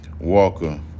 walker